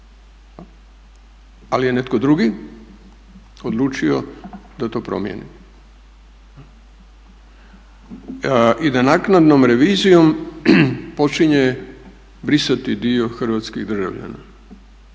Ali je netko drugi odlučio da to promijeni i da naknadnom revizijom počinje brisati dio hrvatskih državljana